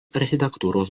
architektūros